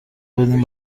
بدین